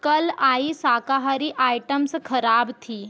कल आई शाकाहारी आइटम्स खराब थी